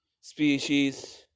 species